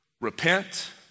Repent